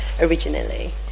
originally